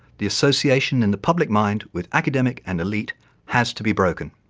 the association in the public mind with academic and elite has to be broken.